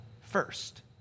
first